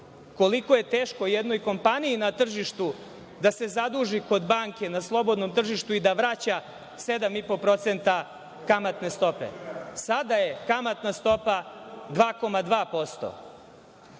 koliko je teško jednoj kompaniji na tržištu da se zaduži kod banke na slobodnom tržištu i da vraća 7,5% kamatne stope. Sada je kamatna stopa 2,2%